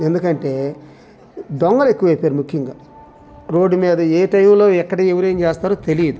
ఎందుకంటే దొంగలు ఎక్కువైపోయారు ముఖ్యంగా రోడ్డు మీద ఏ టైంలో ఎక్కడ ఎవరు ఏం చేస్తారో తెలియదు